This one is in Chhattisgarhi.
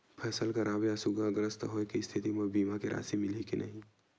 फसल खराब या सूखाग्रस्त होय के स्थिति म बीमा के राशि मिलही के नही?